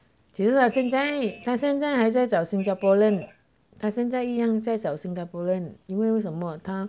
其实他现在他现在还在找新加坡人他现在一样在找新加坡人因为为什么他